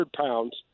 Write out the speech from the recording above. pounds